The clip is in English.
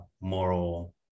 moral